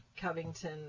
Covington